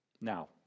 Now